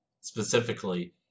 specifically